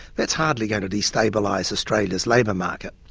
that's hardly going to destabilise australia's labour market.